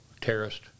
terrorist